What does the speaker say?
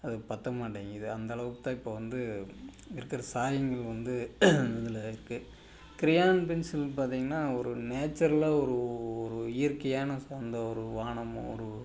அது பத்தமாட்டங்கிது அந்த அளவுக்கு தான் இப்போ வந்து இருக்கிற சாயங்கள் வந்து அதில் இருக்கு க்ரையான் பென்சில் பார்த்திங்கன்னா ஒரு நேச்சுரலாக ஒரு ஒரு இயற்கையான அந்த ஒரு வானம் ஒரு